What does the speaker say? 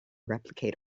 replicate